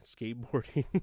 skateboarding